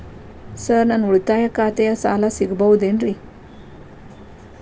Sir ನನ್ನ ಉಳಿತಾಯ ಖಾತೆಯ ಸಾಲ ಸಿಗಬಹುದೇನ್ರಿ?